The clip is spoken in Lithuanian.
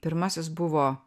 pirmasis buvo